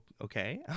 okay